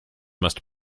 must